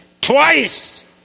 twice